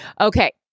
Okay